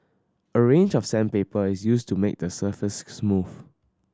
a range of sandpaper is used to make the surface smooth